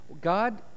God